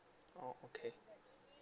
oh okay